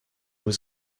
was